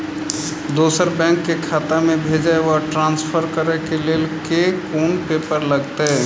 दोसर बैंक केँ खाता मे भेजय वा ट्रान्सफर करै केँ लेल केँ कुन पेपर लागतै?